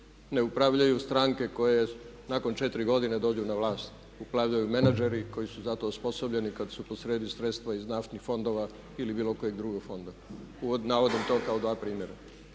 Ne upravljaju stranke koje nakon četiri godine dođu na vlast. Upravljaju menadžeri koji su za to osposobljeni kad su posrijedi sredstva iz naftnih fondova ili bilo kojeg drugog fonda. Navodim to kao dva primjera.